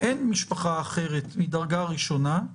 ואין משפחה אחרת מדרגה ראשונה,